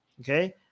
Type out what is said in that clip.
okay